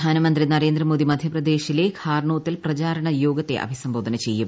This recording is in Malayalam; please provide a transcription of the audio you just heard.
പ്രധാനമന്ത്രി ന്ന്രേന്ദ്രമോദി മധ്യപ്രദേശിലെ ഖാർനോത്തിൽ പ്രചാരണ യോഗത്തെ അഭിസംബോധന ചെയ്യും